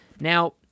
Now